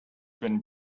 been